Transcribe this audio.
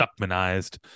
Stuckmanized